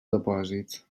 depòsit